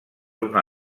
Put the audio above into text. una